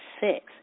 six